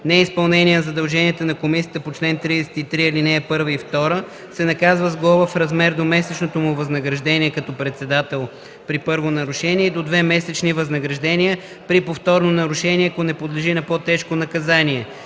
неизпълнение на задълженията на комисията по чл. 33 ал.1 и 2, се наказва с глоба в размер до месечното му възнаграждение като председател при първо нарушение и до две месечни възнаграждения при повторно нарушение, ако не подлежи на по-тежко наказание.”